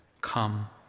come